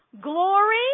Glory